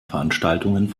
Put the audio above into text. veranstaltungen